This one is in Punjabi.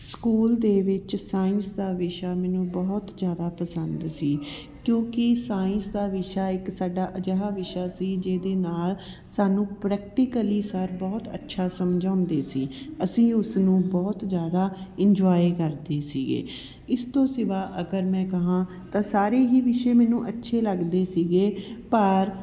ਸਕੂਲ ਦੇ ਵਿੱਚ ਸਾਇੰਸ ਦਾ ਵਿਸ਼ਾ ਮੈਨੂੰ ਬਹੁਤ ਜ਼ਿਆਦਾ ਪਸੰਦ ਸੀ ਕਿਉਂਕਿ ਸਾਇੰਸ ਦਾ ਵਿਸ਼ਾ ਇੱਕ ਸਾਡਾ ਅਜਿਹਾ ਵਿਸ਼ਾ ਸੀ ਜਿਹਦੇ ਨਾਲ਼ ਸਾਨੂੰ ਪ੍ਰੈਕਟੀਕਲੀ ਸਰ ਬਹੁਤ ਅੱਛਾ ਸਮਝਾਉਂਦੇ ਸੀ ਅਸੀਂ ਉਸ ਨੂੰ ਬਹੁਤ ਜ਼ਿਆਦਾ ਇੰਜੋਏ ਕਰਦੇ ਸੀਗੇ ਇਸ ਤੋਂ ਸਿਵਾ ਅਗਰ ਮੈਂ ਕਹਾਂ ਤਾਂ ਸਾਰੇ ਹੀ ਵਿਸ਼ੇ ਮੈਨੂੰ ਅੱਛੇ ਲੱਗਦੇ ਸੀਗੇ ਪਰ